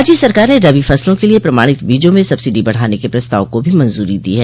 राज्य सरकार ने रबी फसलों के लिए प्रमाणित बीजों में सब्सिडी बढ़ाने के प्रस्ताव को भी मंजूरी दी है